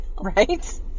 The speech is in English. Right